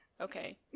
Okay